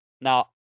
now